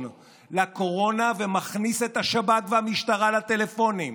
לקורונה ומכניס את השב"כ והמשטרה לטלפונים.